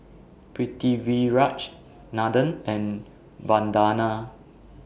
Pritiviraj Nathan and Vandana